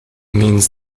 means